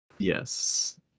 Yes